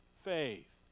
faith